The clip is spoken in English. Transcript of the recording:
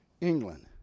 england